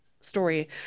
story